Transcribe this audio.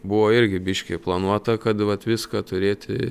buvo irgi biškį planuota kad vat viską turėti